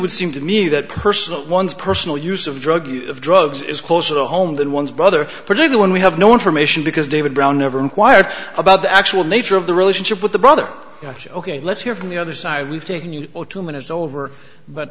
would seem to me that personal one's personal use of drug use of drugs is closer to home than one's brother but to the one we have no information because david brown never inquired about the actual nature of the relationship with the brother ok let's hear from the other side we've taken you two minutes over but